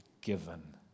given